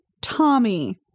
Tommy